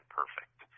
perfect